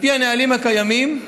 על פי הנהלים הקיימים,